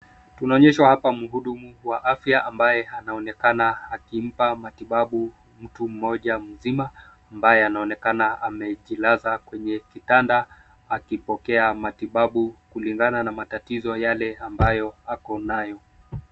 Tuonyeshwa hapa mhudumu wa afya ambaye anaonekana akimpa matibabu mtu mmoja mzima ambaye anaonekana amejilaza kwenye kitanda akipokea matibabu kulingana na matatizo yale ambayo ako nayo.